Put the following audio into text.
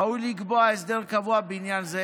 ראוי לקבוע הסדר קבוע בעניין זה